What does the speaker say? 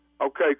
Okay